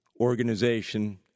organization